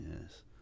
yes